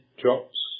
drops